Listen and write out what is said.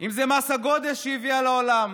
אם זה מס הגודש שהביאה לעולם,